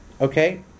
okay